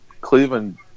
Cleveland